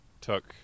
took